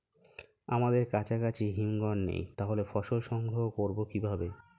আমাদের কাছাকাছি হিমঘর নেই তাহলে ফসল সংগ্রহ করবো কিভাবে?